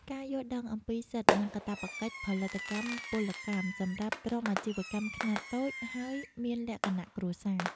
ការយល់ដឹងអំពីសិទ្ធិ និងកាតព្វកិច្ចផលិតកម្មពលកម្ម សម្រាប់ក្រុមអាជីវកម្មខ្នាតតូចហើយមានលក្ខណៈគ្រួសារ។